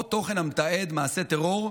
או תוכן המתעד מעשה טרור,